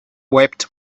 wept